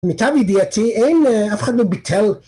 מיטב ידיעתי אין אף אחד ביטל